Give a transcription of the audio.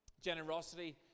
Generosity